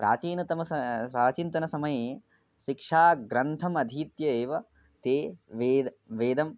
प्राचीनतमसा प्राचीनतमसमये शिक्षाग्रन्थमधीत्य एव ते वेदं वेदं